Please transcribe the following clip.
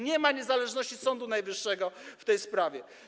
Nie ma niezależności Sądu Najwyższego w tej sprawie.